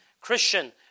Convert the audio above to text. Christian